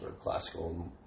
classical